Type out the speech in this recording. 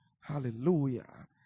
hallelujah